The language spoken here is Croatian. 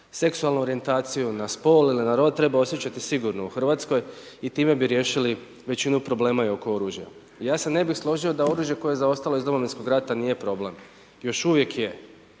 seksualnu orijentaciju, na spol ili na rod treba osjećati sigurno u Hrvatskoj i time bi riješili većinu problema i oko oružja. Ja se ne bih složio da oružje koje je zaostalo iz Domovinskog rata nije problem. Još uvijek je,